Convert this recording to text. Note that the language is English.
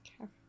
Okay